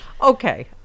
Okay